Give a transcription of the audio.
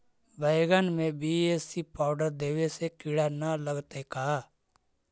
बैगन में BAC powder देबे से किड़ा न लगतै का?